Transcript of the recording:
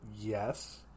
Yes